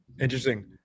interesting